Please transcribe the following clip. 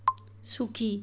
সুখী